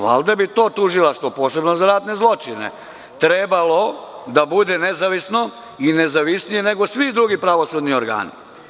Valjda bi to tužilaštvo, posebno za ratne zločine, trebalo da bude nezavisno i nezavisnije nego svi drugi pravosudni organi.